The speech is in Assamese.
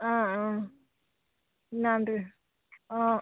অঁ অঁ নামটো অঁ